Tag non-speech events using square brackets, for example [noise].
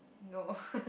no [laughs]